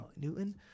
Newton